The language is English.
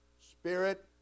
spirit